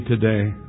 today